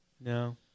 no